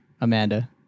amanda